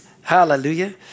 hallelujah